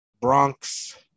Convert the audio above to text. Bronx